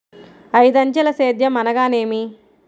ఐదంచెల సేద్యం అనగా నేమి?